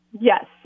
Yes